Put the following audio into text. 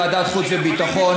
ועדת החוץ והביטחון,